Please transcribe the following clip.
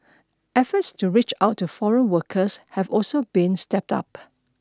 efforts to reach out to foreign workers have also been stepped up